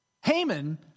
Haman